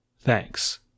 Thanks